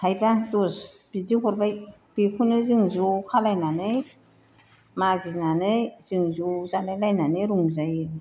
थायबा दस बिदि हरबाय बेखौनो जों ज' खालामनानै मागिनानै जों ज' जालायलायनानै रंजायो